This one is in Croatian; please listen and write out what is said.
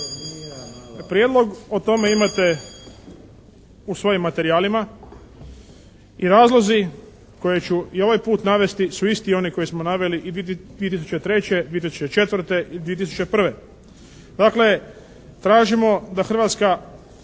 Prijedlog o tome imate u svojim materijalima. I razlozi koje ću i ovaj put navesti su isti oni koje smo naveli i 2003., 2004. i 2001.